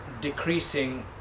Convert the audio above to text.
decreasing